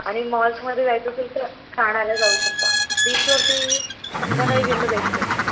आणि मॉल्समध्ये जायचं असेल तर ठाण्याला जाऊ शकता बीचवरती संध्याकाळी गेलेलं बेस्ट एकदम